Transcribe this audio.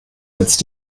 jetzt